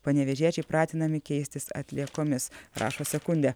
panevėžiečiai pratinami keistis atliekomis rašo sekundė